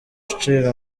ishinga